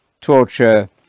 torture